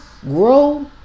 grow